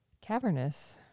cavernous